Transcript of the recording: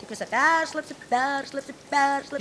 tik visa peršlapsiu peršlapsiu peršlapsiu